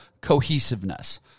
cohesiveness